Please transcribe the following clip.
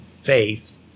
faith